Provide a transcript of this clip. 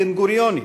הבן-גוריונית,